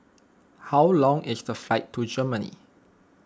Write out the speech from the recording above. how long is the flight to Germany